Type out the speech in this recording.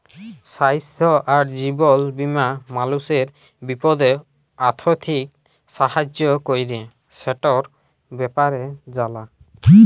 স্বাইস্থ্য আর জীবল বীমা মালুসের বিপদে আথ্থিক সাহায্য ক্যরে, সেটর ব্যাপারে জালা